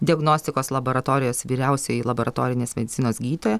diagnostikos laboratorijos vyriausioji laboratorinės medicinos gydytoja